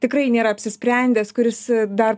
tikrai nėra apsisprendęs kuris dar